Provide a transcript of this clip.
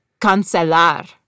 cancelar